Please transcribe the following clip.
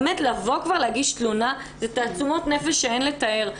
באמת לבוא כבר להגיש תלונה זה תעצומות נפש שהן לתאר.